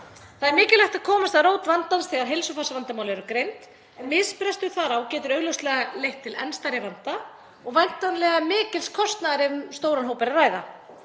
Það er mikilvægt að komast að rót vandans þegar heilsufarsvandamál eru greind en misbrestur þar á getur augljóslega leitt til enn stærri vanda og væntanlega mikils kostnaðar ef um stóran hóp er að ræða.